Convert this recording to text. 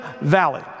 Valley